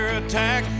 attack